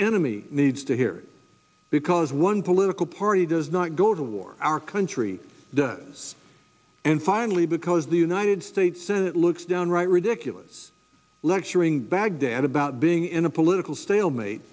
enemy needs to hear because one political party does not go to war our country does this and finally because the united states senate looks downright ridiculous lecturing baghdad about being in a political stalemate